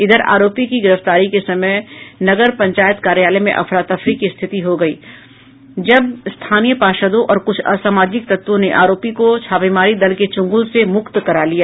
इधर आरोपी की गिरफ्तारी के समय नगर पंचायत कार्यालय में अफरा तफरी की स्थिति हो गयी जब स्थानीय पार्षदों और कुछ असामाजिक तत्वों ने आरोपी को छापेमारी दल के चंगुल से मुक्त करा लिया